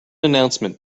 announcement